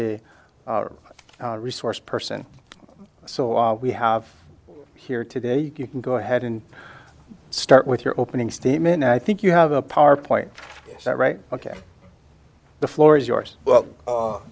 a resource person so we have here today you can go ahead and start with your opening statement and i think you have a power point is that right ok the floor is yours well